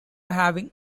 having